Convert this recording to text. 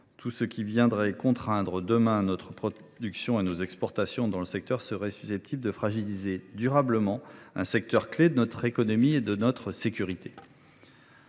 Tout ce qui viendrait contraindre demain notre production et nos exportations dans le secteur serait susceptible de fragiliser durablement un secteur clé de notre économie et de notre sécurité.